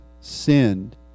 sinned